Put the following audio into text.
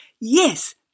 yes